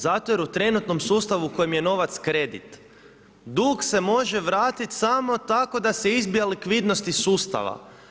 Zato jer u trenutnom sustavu u kojem je novac kredit, dug se može vratiti samo tako da se izbija likvidnost iz ustava.